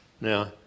Now